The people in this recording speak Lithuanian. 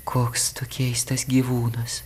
koks keistas gyvūnas